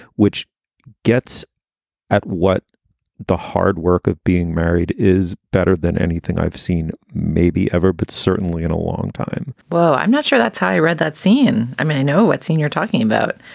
which gets at what the hard work of being married is better than anything i've seen maybe ever. but certainly in a long time well, i'm not sure that's how i read that scene. i mean, i know what scene you're talking about.